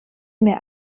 mir